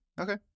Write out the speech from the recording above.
Okay